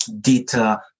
data